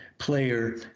player